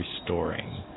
restoring